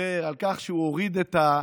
ודיבר על כך שהוא הוריד את האבטלה,